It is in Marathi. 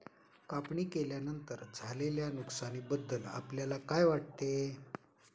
कापणी केल्यानंतर झालेल्या नुकसानीबद्दल आपल्याला काय वाटते?